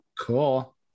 Cool